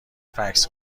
فکس